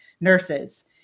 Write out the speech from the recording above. nurses